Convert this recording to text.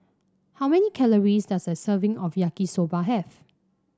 how many calories does a serving of Yaki Soba have